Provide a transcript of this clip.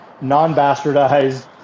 non-bastardized